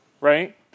right